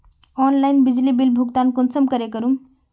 Online बिजली bill भुगतान कुंसम करे करूम?